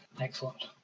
Excellent